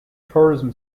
tourism